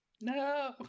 No